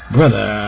Brother